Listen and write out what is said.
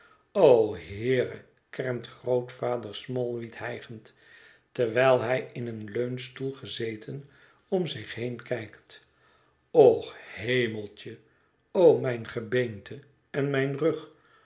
o ëeere kermt grootvader smallweed hijgend terwijl hij in een leuningstoel gezeten om zich heen kijkt och hemeltje o mijn gebeente en mijn rug